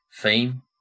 theme